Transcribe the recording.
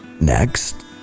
Next